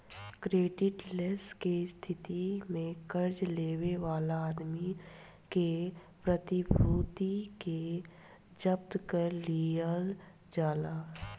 credit less के स्थिति में कर्जा लेवे वाला आदमी के प्रतिभूति के जब्त कर लिहल जाला